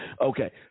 Okay